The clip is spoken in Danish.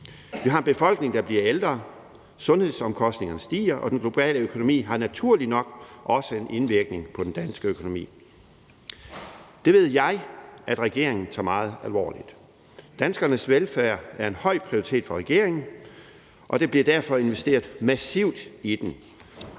Vi har en befolkning, der bliver ældre, sundhedsomkostningerne stiger, og den globale økonomi har naturligt nok også en indvirkning på den danske økonomi. Det ved jeg at regeringen tager meget alvorligt. Danskernes velfærd er en høj prioritet for regeringen, og der bliver derfor investeret massivt i den.